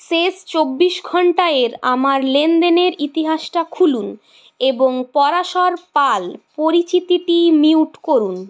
শেষ চব্বিশ ঘন্টার আমার লেনদেনের ইতিহাসটা খুলুন এবং পরাশর পাল পরিচিতিটি মিউট করুন